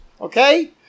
Okay